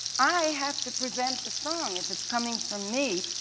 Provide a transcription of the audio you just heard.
i have to present the song if it's coming from me,